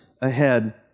ahead